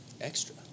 Extra